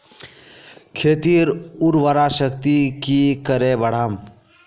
खेतीर उर्वरा शक्ति की करे बढ़ाम?